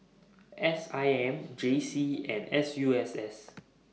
S I M J C and S U S S